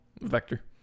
vector